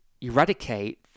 eradicate